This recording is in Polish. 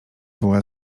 była